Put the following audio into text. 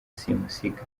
simusiga